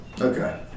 Okay